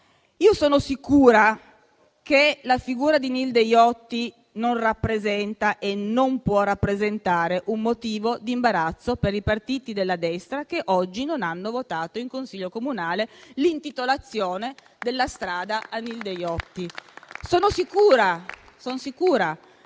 Sono sicura che la figura di Nilde Iotti non rappresenti e non possa rappresentare un motivo di imbarazzo per i partiti della destra che oggi non hanno votato in Consiglio comunale l'intitolazione della strada a Nilde Iotti. Ne sono sicura,